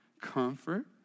comfort